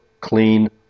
clean